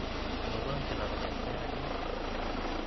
ᱞᱚᱜᱚᱱ ᱮᱢ ᱪᱟᱞᱟᱣ ᱫᱟᱲᱮᱭᱟᱜᱼᱟ ᱥᱮ ᱟᱹᱰᱤ